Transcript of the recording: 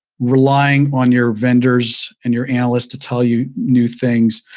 relying on your vendors and your analysts to tell you new things.